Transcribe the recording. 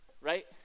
right